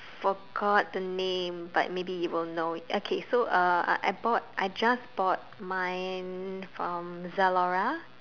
forgot the name but maybe you will know it okay so uh I bought I just bought mine from Zalora